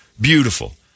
Beautiful